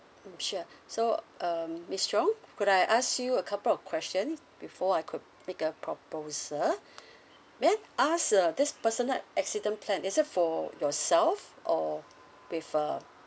mm sure so um miss chong could I ask you a couple of question before I could make a proposal may I ask uh this personal accident plan is it for yourself or with a